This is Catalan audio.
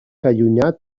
allunyat